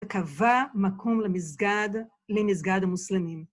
קבע מקום למסגד, למסגד המוסלמים.